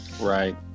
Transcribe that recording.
Right